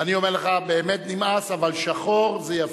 אני אומר לך, באמת נמאס, אבל שחור זה יפה.